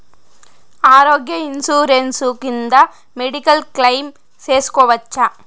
ఆరోగ్య ఇన్సూరెన్సు కింద medical claim సేసుకోవచ్చా?